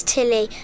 Tilly